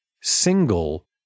single